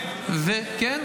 כן?